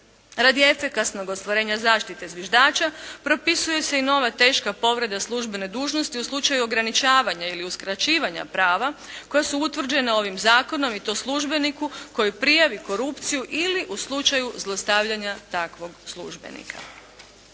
Radi efikasnog ostvarenja zaštite zviždača, propisuje se i nova teška povreda službene dužnosti u slučaju ograničavanja ili uskraćivanja prava koja su utvrđena ovim zakonom i to službeniku koji prijavi korupciju ili u slučaju zlostavljanja takvog službenika.